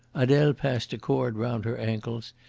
adele passed a cord round her ankles,